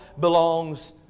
belongs